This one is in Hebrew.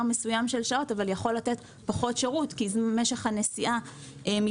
מסוים של שעות אבל יכול לתת פחות שירות כי משך הנסיעה מתארך.